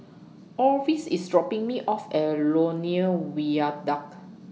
Orvis IS dropping Me off At Lornie Viaduct